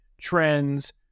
trends